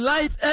Life